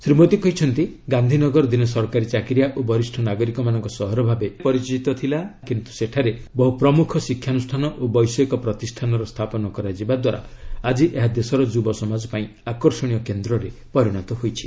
ଶ୍ରୀ ମୋଦି କହିଛନ୍ତି ଗାନ୍ଧିନଗର ଦିନେ ସରକାରୀ ଚାକିରିଆ ଓ ବରିଷ୍ଠ ନାଗରିକମାନଙ୍କ ସହର ଭାବେ ପରିଚିତ ଥିଲା କିନ୍ତୁ ସେଠାରେ ବହୁ ପ୍ରମୁଖ ଶିକ୍ଷାନୁଷ୍ଠା ଓ ବୈଷୟିକ ପ୍ରତିଷ୍ଠାନର ସ୍ଥାପନ କରାଯିବାଦ୍ୱାରା ଆଙ୍କି ଏହା ଦେଶର ଯୁବସମାଜ ପାଇଁ ଆକର୍ଷଣୀୟ କେନ୍ଦ୍ରରେ ପରିଣତ ହୋଇଛି